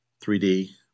3D